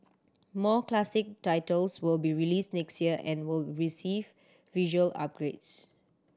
more classic titles will be released next year and will receive visual upgrades